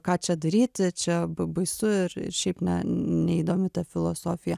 ką čia daryti čia b baisu ir šiaip ne neįdomi ta filosofija